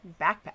backpack